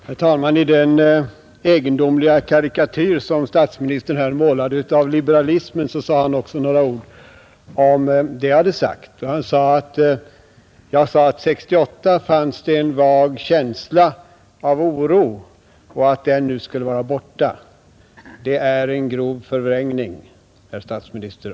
Fru talman! I den egendomliga karikatyr som statsministern här målade av liberalismen fanns också några ord om det jag hade yttrat. Jag skulle ha sagt att 1968 fanns det en vag känsla av oro och att den nu skulle vara borta. Det är en grov förvrängning, herr statsminister.